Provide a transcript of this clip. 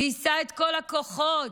גייסה את כל הכוחות,